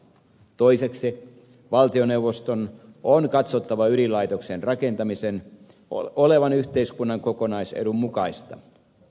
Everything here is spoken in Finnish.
toiseksi valtioneuvoston on katsottava ydinlaitoksen rakentamisen olevan yhteiskunnan kokonaisedun mukaista